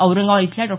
औरंगाबाद इथल्या डॉ